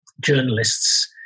journalists